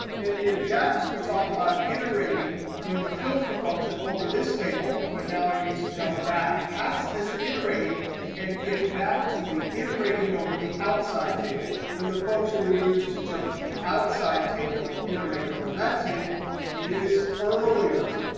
and in dax, we talk about iterating in the filter function over this table. but now i need to jump back past this iterating and get back to the iterating over the outside table. and the function we use to jump to the outside table and iterate over that table is earlier.